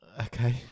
okay